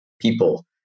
people